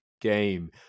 game